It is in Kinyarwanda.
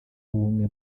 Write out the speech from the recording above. w’ubumwe